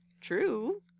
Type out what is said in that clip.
true